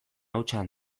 hutsean